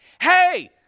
hey